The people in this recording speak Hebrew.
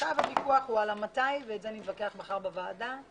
עכשיו הוויכוח הוא על מתי ועל זה נתווכח מחר בוועדת הכלכלה.